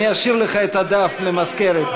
אני אשאיר לך את הדף למזכרת.